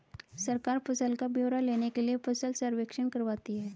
सरकार फसल का ब्यौरा लेने के लिए फसल सर्वेक्षण करवाती है